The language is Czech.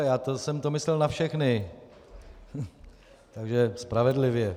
Já jsem to myslel na všechny, takže spravedlivě.